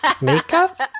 makeup